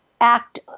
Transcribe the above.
act